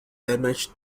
damage